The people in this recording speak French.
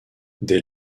dès